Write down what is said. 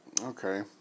Okay